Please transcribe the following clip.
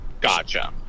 Gotcha